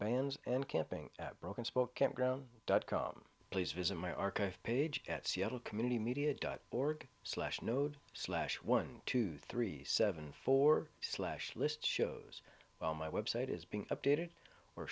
vans and camping at broken spoke campground dot com please visit my archive page at seattle community media dot org slash node slash one two three seven four slash list shows on my website is being updated or